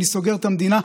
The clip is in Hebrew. אני סוגר את המדינה.